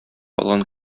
калган